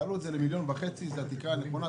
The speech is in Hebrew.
תעלו את זה ל-1.5 מיליון שקל, זו התקרה הנכונה.